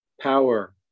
power